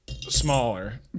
Smaller